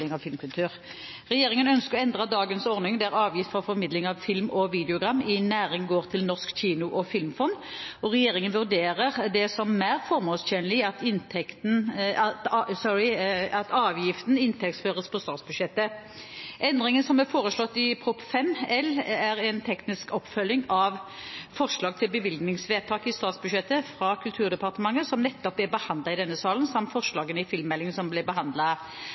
finansiering av viktige oppgaver for formidling av filmkultur. Regjeringen ønsker å endre dagens ordning, der avgift for formidling av film og videogram i næring går til Norsk kino- og filmfond. Regjeringen vurderer det som mer formålstjenlig at avgiften inntektsføres på statsbudsjettet. Endringen som er foreslått i Prop. 5 L, er en teknisk oppfølging av forslag til bevilgningsvedtaket i statsbudsjettet fra Kulturdepartementet som nettopp er behandlet i denne salen, samt forslagene i filmmeldingen som ble